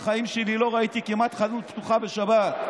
בחיים שלי כמעט לא ראיתי חנות פתוחה בשבת,